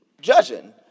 judging